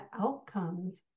outcomes